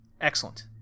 excellent